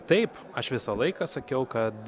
taip aš visą laiką sakiau kad